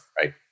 right